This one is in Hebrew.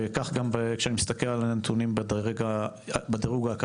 וכך גם כשאני מסתכל בדירוג האקדמאי.